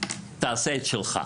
תעשה את שלך.